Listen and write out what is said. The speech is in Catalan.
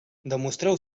demostreu